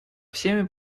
всеми